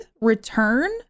return